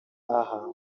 aha